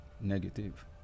negative